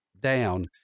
down